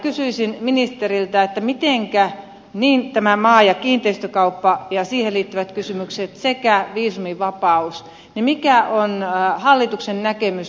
kysyisin ministeriltä tästä maa ja kiinteistökaupasta ja siihen liittyvistä kysymyksistä sekä viisumivapaudesta mikä on hallituksen näkemys